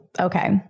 Okay